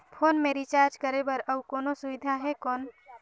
Phone मे recharge करे बर और कोनो सुविधा है कौन?